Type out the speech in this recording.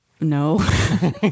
No